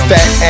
Fat